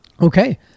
Okay